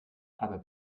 aber